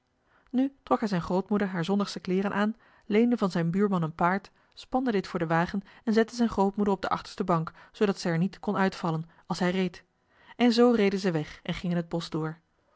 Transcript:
nu trok hij zijn grootmoeder haar zondagsche kleeren aan leende van zijn buurman een paard spande dit voor den wagen en zette zijn grootmoeder op de achterste bank zoodat zij er niet kon uitvallen als hij reed en zoo reden zij weg en gingen het bosch door